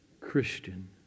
Christian